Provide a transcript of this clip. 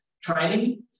Training